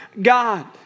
God